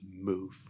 move